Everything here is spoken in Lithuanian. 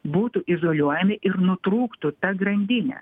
būtų izoliuojami ir nutrūktų ta grandinė